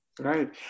Right